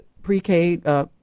pre-k